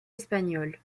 espagnole